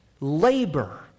labor